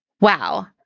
Wow